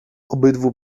obydwu